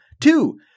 Two